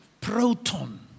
proton